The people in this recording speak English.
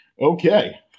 Okay